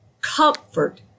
comfort